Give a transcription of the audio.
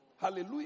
Hallelujah